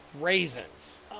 raisins